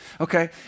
okay